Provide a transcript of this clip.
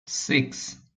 six